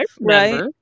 right